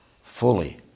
fully